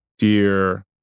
Dear